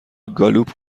گالوپ